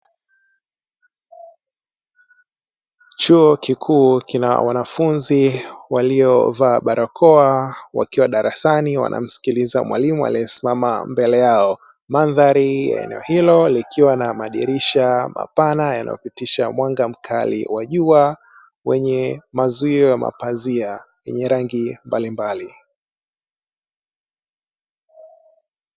Chuo kikuu kina wanafunzi waliovaa barakoa wakiwa darasani wanamskiliza mwalimu aliyesimama mbele yao. Mandhari ya eneo hilo likiwa na madirisha mapana yanayopitisha mwanga mkali wa jua, wenye mazuio ya mapazia yenye rangi mbalimbali.